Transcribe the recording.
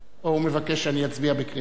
או מבקש שאני אצביע בקריאה שלישית?